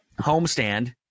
homestand